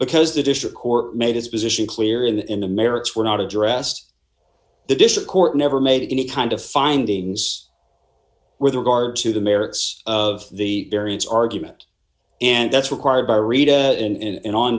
because the district court made its position clear and in the merits were not addressed the district court never made any kind of findings with regard to the merits of the variance argument and that's required by rita and